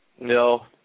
No